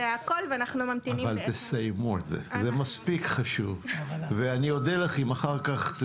אבל תסיימו את זה זה מספיק חושב ואני אודה לך אם אחר כך,